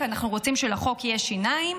כי אנחנו רוצים שלחוק יהיו שיניים.